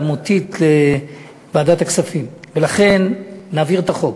האלמותית לוועדת הכספים, ולכן נעביר את החוק.